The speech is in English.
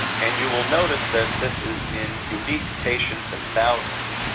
and you will notice that this is in unique patients in thousands.